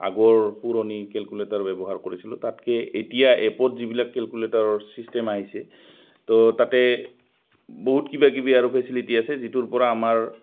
আগৰ পুৰণি কেলকুলেটাৰ ব্যৱহাৰ কৰিছিলোঁ তাতকৈ এতিয়া এপত যিবিলাক কেলকুলেটাৰৰ ছিষ্টেম আহিছে তো তাতে বহুত কিবাকিবি আৰু ফেচিলিটি আছে যিটোৰপৰা আমাৰ